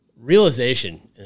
realization